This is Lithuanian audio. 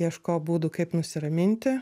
ieško būdų kaip nusiraminti